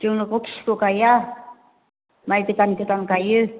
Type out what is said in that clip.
जोङो गखिखौ गाइया माइ गोदान गोदान गाइयो